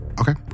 Okay